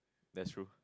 that's true